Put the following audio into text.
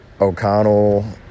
O'Connell